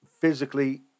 physically